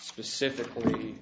specifically